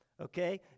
okay